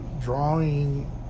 drawing